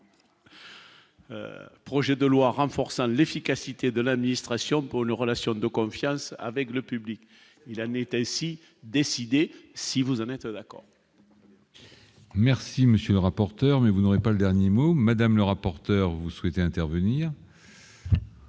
projet de loi renforçant l'efficacité de l'administration pour les relations de confiance avec le public, Ilan ainsi décider si vous en êtes à d'accord. Merci, monsieur le rapporteur, mais vous n'aurez pas le dernier mot Madame le rapporteur, vous souhaitez intervenir.